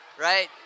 right